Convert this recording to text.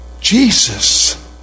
Jesus